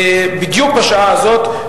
בדיוק בשעה הזאת,